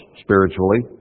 spiritually